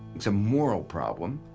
it's a moral problem,